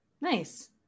Nice